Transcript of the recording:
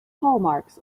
hallmarks